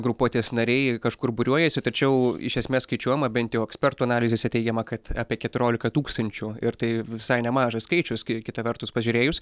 grupuotės nariai kažkur būriuojasi tačiau iš esmės skaičiuojama bent jau ekspertų analizėse teigiama kad apie keturiolika tūkstančių ir tai visai nemažas skaičius kai kita vertus pažiūrėjus